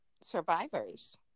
survivors